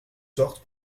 sortes